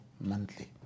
monthly